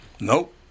Nope